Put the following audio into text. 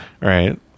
right